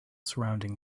surrounding